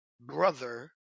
brother